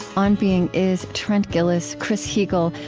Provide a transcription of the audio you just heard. on being is trent gilliss, chris heagle,